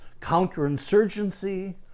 counterinsurgency